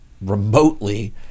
remotely